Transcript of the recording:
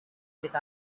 live